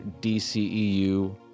DCEU